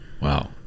Wow